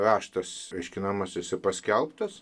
raštas aiškinamasis ir paskelbtas